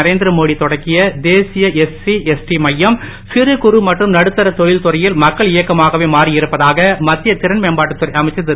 நரேந்திரமோடி தொடக்கி தேசிய SC ST மையம் சிறு குறு மற்றும் நடுத்தர தொழில் துறையில் மக்கள் இயக்கமாகவே மாறி இருப்பதாக மத்திய இறன் மேம்பாட்டுத்துறை அமைச்சர் இரு